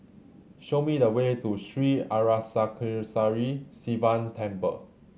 show me the way to Sri Arasakesari Sivan Temple